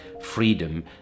freedom